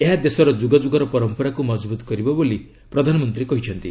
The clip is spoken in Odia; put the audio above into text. ଏହା ଦେଶର ଯ୍ରଗଯ୍ରଗର ପରମ୍ପରାକୁ ମଜବୃତ କରିବ ବୋଲି ପ୍ରଧାନମନ୍ତ୍ରୀ କହିଛନ୍ତି